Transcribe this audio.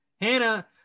Hannah